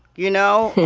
you know?